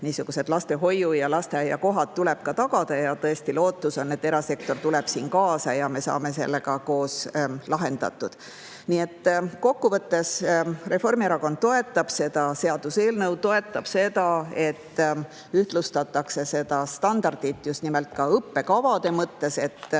tagada ka lastehoiu‑ ja lasteaiakohad. Ja tõesti, lootus on, et erasektor tuleb siin kaasa ja me saame selle koos lahendatud. Nii et kokku võttes Reformierakond toetab seda seaduseelnõu, toetab seda, et ühtlustataks seda standardit õppekavade mõttes, et